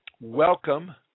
welcome